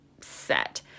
set